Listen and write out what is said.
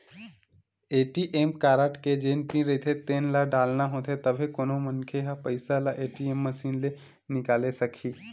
ATM card के जेन pin रहिथे तेन ल डालना होथे तभे कोनो मनखे ह पइसा ल ए.टी.एम मसीन ले निकाले सकही